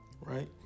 Right